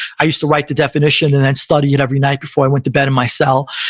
i used to write the definition and then study it every night before i went to bed in my cell.